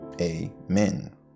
amen